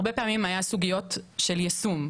הרבה פעמים היו סוגיות של יישום,